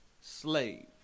slave